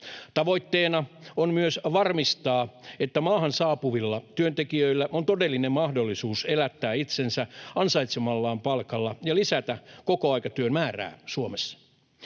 pyritään varmistamaan, että maahan saapuvilla työntekijöillä on todellinen mahdollisuus elättää itsensä ansaitsemallaan palkalla, ja lisäämään kokoaikatyön määrää Suomessa.